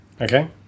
Okay